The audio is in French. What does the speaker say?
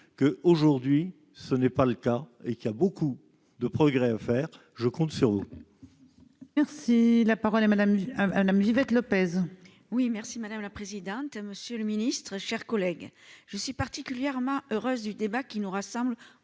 que, aujourd'hui, ce n'est pas le cas et qu'il y a beaucoup de progrès à faire, je compte sur vous.